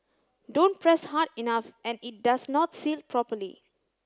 don't press hard enough and it does not seal properly